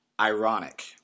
Ironic